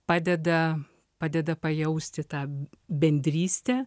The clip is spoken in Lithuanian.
padeda padeda pajausti tą bendrystę